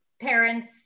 parents